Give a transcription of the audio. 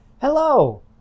Hello